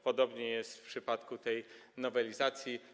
Podobnie jest w przypadku tej nowelizacji.